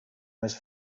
més